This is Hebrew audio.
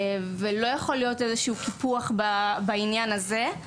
ולא יכול להיות איזה שהוא קיפוח בעניין הזה.